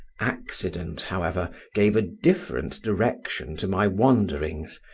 accident, however, gave a different direction to my wanderings,